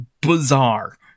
bizarre